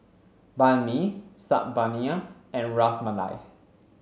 Banh Mi Saag Paneer and Ras Malai